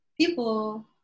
people